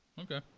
okay